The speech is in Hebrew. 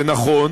זה נכון,